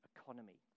economy